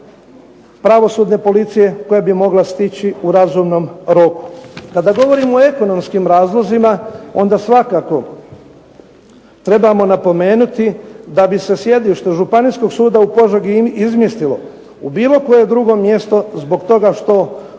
pravosudne policije koja bi mogla stići u razumnom roku. Kada govorimo o ekonomskim razlozima onda svakako treba napomenuti da bi se sjedište Županijskog suda u Požegi izmislilo u bilo koje drugo mjesto zbog toga što